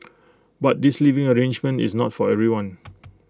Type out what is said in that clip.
but this living arrangement is not for everyone